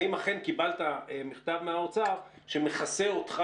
האם אכן קיבלת מכתב מהאוצר שמכסה אותך